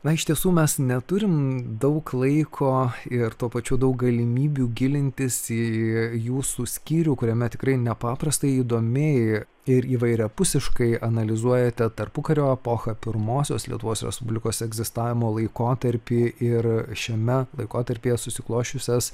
na iš tiesų mes neturim daug laiko ir tuo pačiu daug galimybių gilintis į jūsų skyrių kuriame tikrai nepaprastai įdomiai ir įvairiapusiškai analizuojate tarpukario epochą pirmosios lietuvos respublikos egzistavimo laikotarpį ir šiame laikotarpyje susiklosčiusias